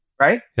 right